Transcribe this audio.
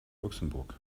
luxemburg